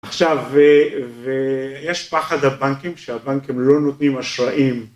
עכשיו, ויש פחד הבנקים שהבנקים לא נותנים אשראים.